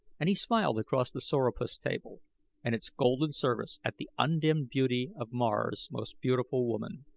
and he smiled across the sorapus table and its golden service at the undimmed beauty of mars' most beautiful woman.